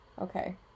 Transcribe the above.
Okay